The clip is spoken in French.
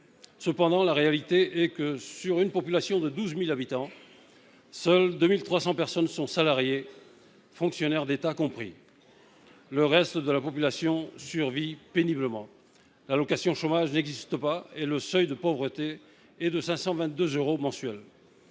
de notre territoire. Sur une population de 12 000 habitants, seules 2 300 personnes sont salariées, fonctionnaires d’État compris ; le reste de la population survit péniblement. L’allocation chômage n’existe pas, et le seuil de pauvreté s’élève à 522 euros mensuels.